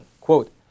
Quote